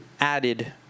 added